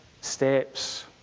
steps